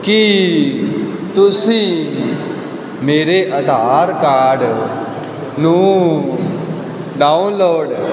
ਕੀ ਤੁਸੀਂ ਮੇਰੇ ਆਧਾਰ ਕਾਰਡ ਨੂੰ ਡਾਊਨਲੋਡ